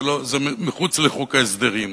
זה מחוץ לחוק ההסדרים,